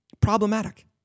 problematic